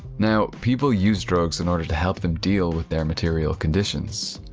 now, people use drugs in order to help them deal with their material conditions.